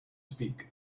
speak